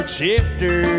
shifter